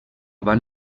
van